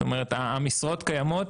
זאת אומרת המשרות קיימות